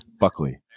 Buckley